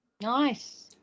Nice